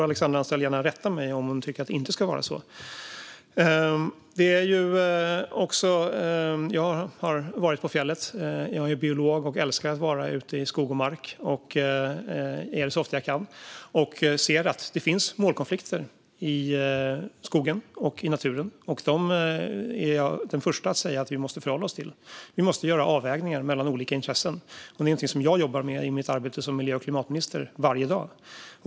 Alexandra Anstrell får gärna rätta mig om hon tycker att det inte ska vara så. Jag har varit på fjället. Jag är biolog och älskar att vara ute i skog och mark och är det så ofta jag kan. Jag ser att det finns målkonflikter i skogen och naturen. Jag är den förste att säga att vi måste förhålla oss till dem. Vi måste göra avvägningar mellan olika intressen. Det är något som jag jobbar med i mitt arbete som miljö och klimatminister varje dag.